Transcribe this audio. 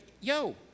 yo